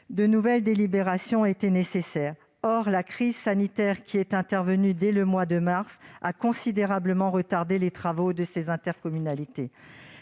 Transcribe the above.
de nouvelles délibérations étaient nécessaires, mais la crise sanitaire intervenue dès le mois de mars a considérablement retardé les travaux des intercommunalités.